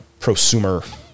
prosumer